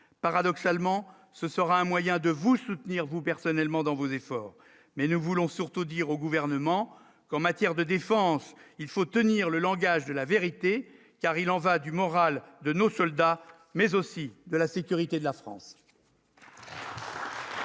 paradoxalement, ce sera un moyen de vous soutenir, vous personnellement dans vos efforts mais nous voulons surtout dire au gouvernement qu'en matière de défense, il faut tenir le langage de la vérité, car il en va du moral de nos soldats, mais aussi de la sécurité de la France.